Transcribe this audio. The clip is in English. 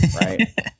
right